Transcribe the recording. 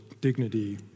dignity